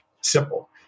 simple